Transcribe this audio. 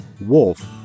Wolf